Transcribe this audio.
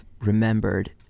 remembered